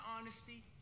honesty